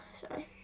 sorry